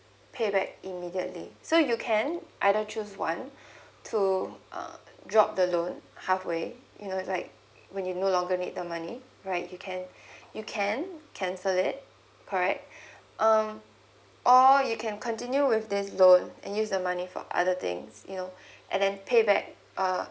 pay back immediately so you can either choose one to uh drop the loan halfway you know is like when you no longer need the money right you can you can cancel it correct um or you can continue with this loan and use the money for other things you know and then pay back uh